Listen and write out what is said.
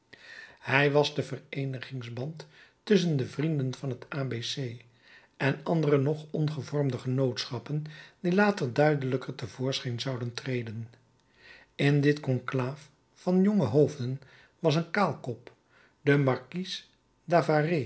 hij was de vereenigingsband tusschen de vrienden van het a b c en andere nog ongevormde genootschappen die later duidelijker te voorschijn zouden treden in dit conclave van jonge hoofden was een kaalkop de markies